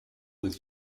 with